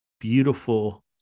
beautiful